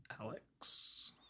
Alex